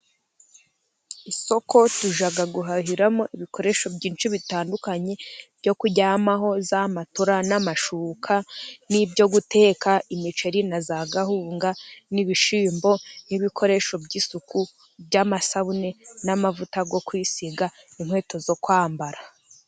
Isoko tujya guhahiramo ibikoresho byinshi bitandukanye, byo kuryamaho za matora n'amashuka n'ibyo guteka imiceri na kawunga, n'ibishimbo n'ibikoresho by'isuku by'amasabune n'amavuta yo kwisiga, n'inkweto zo kwambara.